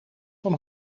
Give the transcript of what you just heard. van